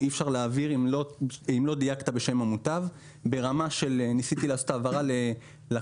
אי אפשר להעביר אם לא דייקת בשם המוטב ברמה של ניסיתי לעשות העברה ללקוח